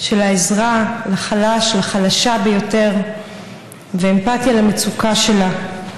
של העזרה לחלש, לחלשה ביותר, ואמפתיה למצוקה שלה.